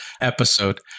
episode